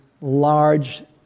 large